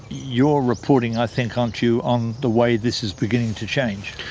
you're reporting i think, aren't you, on the way this is beginning to change.